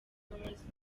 tours